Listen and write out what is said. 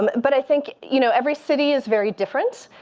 but i think, you know, every city is very different.